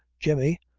jemmy,